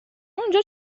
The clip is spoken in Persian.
اونجا